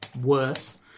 worse